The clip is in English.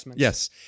Yes